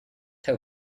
how